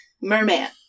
merman